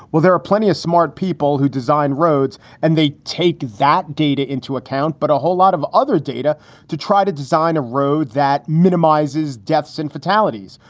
well, there are plenty of smart people who design roads and they take that data into account. but a whole lot of other data to try to design a road that minimizes deaths and fatalities.